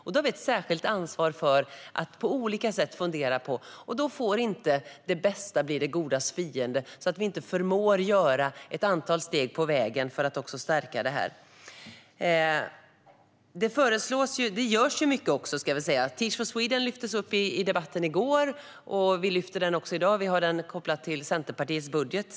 Vi har därför ett särskilt ansvar för att fundera på dessa saker. Då får inte det bästa bli det godas fiende, så att vi inte förmår att ta ett antal steg på vägen för att stärka detta. Jag ska väl säga att det också görs mycket. Teach for Sweden lyftes upp i debatten i går, och vi gör detsamma i dag i samband med satsningar i Centerpartiets budget.